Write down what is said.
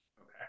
Okay